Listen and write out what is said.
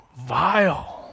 vile